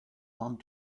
long